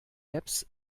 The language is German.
apps